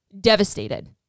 devastated